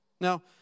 Now